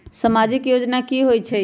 समाजिक योजना की होई छई?